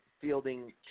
fielding